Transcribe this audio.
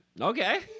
Okay